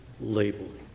labeling